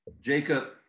jacob